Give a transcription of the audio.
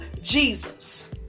Jesus